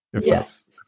Yes